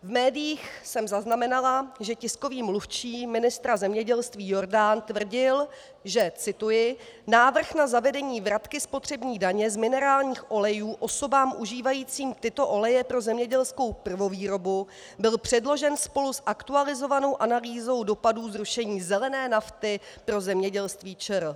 V médiích jsem zaznamenala, že tiskový mluvčí ministra zemědělství Jordán tvrdil, že cituji návrh na zavedení vratky spotřební daně z minerálních olejů osobám užívajícím tyto oleje pro zemědělskou prvovýrobu byl předložen spolu s aktualizovanou analýzou dopadů zrušení zelené nafty pro zemědělství ČR.